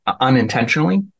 unintentionally